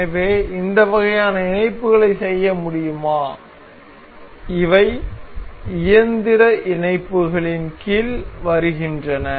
எனவே இந்த வகையான இணைப்புகளைச் செய்ய முடியுமா இவை இயந்திரத் இணைப்புகளின் கீழ் வருகின்றன